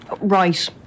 Right